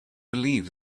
believe